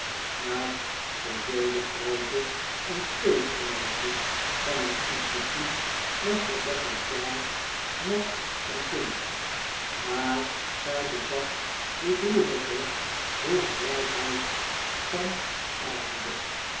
naast de vele groote en stevige meisjes van het instituut was rebecca sharp net een kind maar zij bezat de droevige vroegrijpheid van armoede